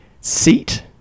seat